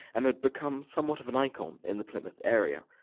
and had become somewhat of an icon in the plymouth area.